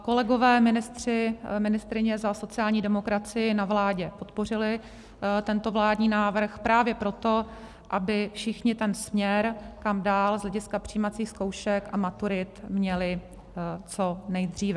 Kolegové ministři, ministryně za sociální demokracii na vládě podpořili tento vládní návrh právě proto, aby všichni ten směr, kam dál z hlediska přijímacích zkoušek a maturit měli co nejdříve.